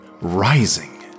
rising